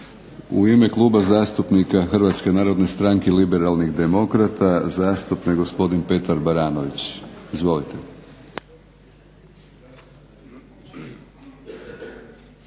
U ime Kluba zastupnika Hrvatske narodne stranke liberalnih demokrata, zastupnik gospodin Petar Baranović. Izvolite.